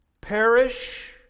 perish